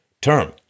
term